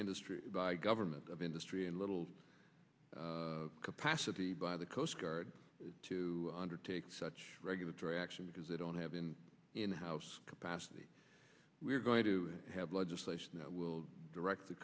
industry by government of industry and little capacity by the coast guard to undertake such regulatory action because they don't have an in house capacity we're going to have legislation that will direct the